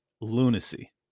lunacy